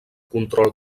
control